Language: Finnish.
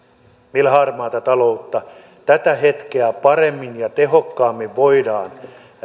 millä harmaata taloutta tätä hetkeä paremmin ja tehokkaammin voidaan